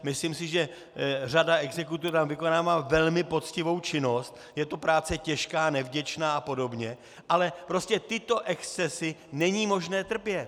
Myslím si, že řada exekutorů vykonává velmi poctivou činnost, je to práce těžká, nevděčná apod., ale prostě tyto excesy není možné trpět.